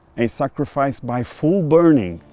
a sacrifice by full burning,